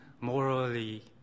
morally